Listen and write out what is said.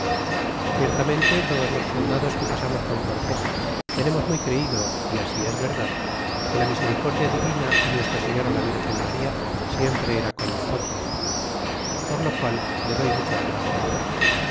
ciertamente todos los soldados que pasamos con cortés tenemos muy creido é así es verdad que la misericordia divina y nuestra seilora la virgen maría siempre era con nosotros por lo qual le doy muchas gracias